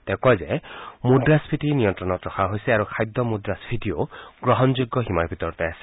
তেওঁ কয় যে মুদ্ৰাস্ফীতি নিয়ন্ত্ৰণত ৰখা হৈছে আৰু খাদ্য মুদ্ৰাস্ফীতিও গ্ৰহণযোগ্য সীমাৰ ভিতৰতে আছে